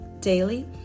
daily